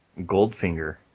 Goldfinger